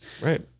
Right